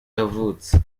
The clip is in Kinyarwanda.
yavutse